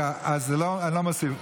אני לא מוסיף.